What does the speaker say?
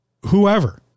whoever